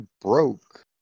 broke